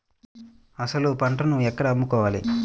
అసలు పంటను ఎక్కడ అమ్ముకోవాలి?